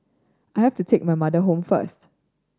I have to take my mother home first